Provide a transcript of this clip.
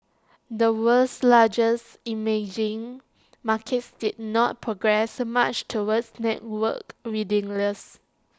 the world's largest emerging markets did not progress much towards networked readiness